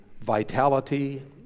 vitality